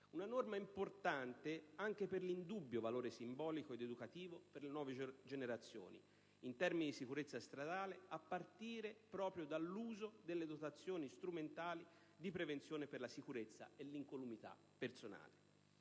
una norma importante, anche per l'indubbio valore simbolico ed educativo per le nuove generazioni in termini di sicurezza stradale, a partire proprio dall'uso delle dotazioni strumentali di prevenzione per la sicurezza e l'incolumità personali.